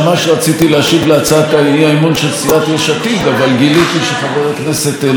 אבל גיליתי שחבר הכנסת לפיד חושב שהתשובה מיותרת ולכן הוא הלך,